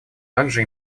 также